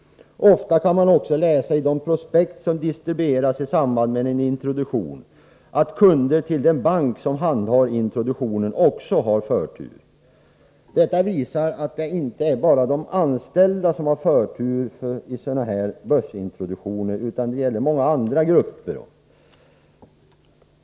Ofta kan man också läsa i de prospekt som distribueras i samband med en börsintroduktion att kunder till den bank som handhar introduktionen också haft förtur. Detta visar att det inte är bara de anställda som har förtur vid sådana här börsintroduktioner, utan att förturen också gäller många andra grupper.